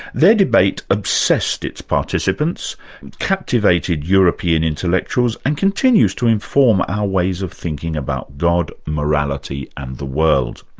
their debate obsessed its participants, and captivated european intellectuals and continues to inform our ways of thinking about god, morality and the world.